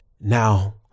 now